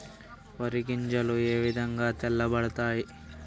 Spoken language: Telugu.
వరి గింజలు ఏ విధంగా తెల్ల పడతాయి?